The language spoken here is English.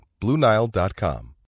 BlueNile.com